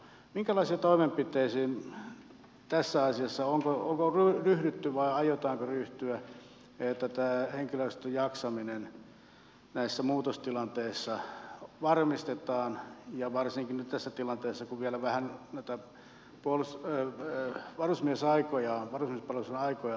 minkälaisiin toimenpiteisiin tässä asiassa on ryhdytty vai aiotaanko ryhtyä jotta tämä henkilöstön jaksaminen näissä muutostilanteissa varmistetaan ja varsinkin nyt tässä tilanteessa kun vielä vähän noita varusmiespalveluksen aikoja on lyhennetty